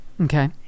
okay